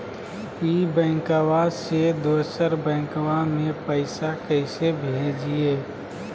ई बैंकबा से दोसर बैंकबा में पैसा कैसे भेजिए?